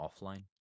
offline